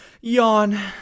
Yawn